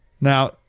Now